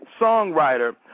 songwriter